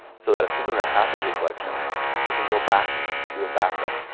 so that if something were to happen to your collection they can go back to a backup,